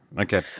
Okay